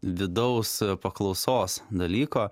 vidaus paklausos dalyko